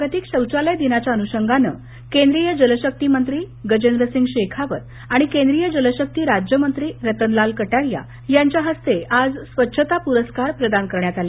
जागतिक शौचालय दिनानिमित्त केंद्रीय जल शक्ती मंत्री गजेंद्र सिंग शेखावत आणि केंद्रीय जल शक्ती राज्य मंत्री रतन लाल कटारिया यांच्या हस्ते आज राष्ट्रीय स्वच्छता पुरस्कार प्रदान करण्यात आले